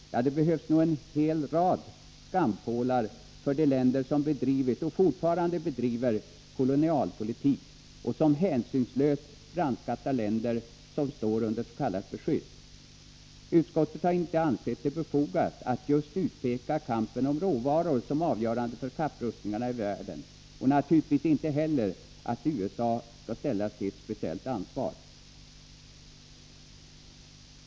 Ja, det behövdes nog en hel rad skampålar för de länder som bedrivit och fortfarande bedriver kolonialpolitik och som hänsynslöst brandskattar länder som står under s.k. beskydd. Utskottet har inte ansett det befogat att just utpeka kampen om råvaror som avgörande för kapprustningarna i världen och naturligtvis inte heller att USA skall ställas till speciellt ansvar.